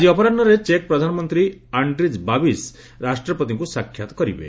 ଆଜି ଅପରାହ୍ନରେ ଚେକ୍ ପ୍ରଧାନମନ୍ତ୍ରୀ ଆଣ୍ଡ୍ରିଜ୍ ବାବିସ୍ ରାଷ୍ଟ୍ରପତିଙ୍କୁ ସାକ୍ଷାତ କରିବେ